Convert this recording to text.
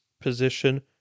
position